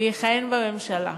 ויכהן בממשלה.